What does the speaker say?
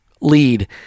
lead